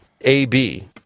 AB